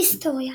היסטוריה